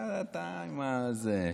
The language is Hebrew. טוב, אתה עם זה.